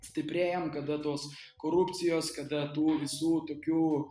stiprėjam kada tos korupcijos kada tų visų tokių